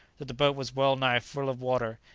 that the boat was well-nigh full of water,